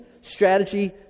strategy